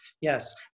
yes